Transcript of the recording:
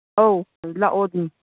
ꯑꯧ ꯂꯥꯛꯑꯣ ꯑꯗꯨꯝ